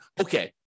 okay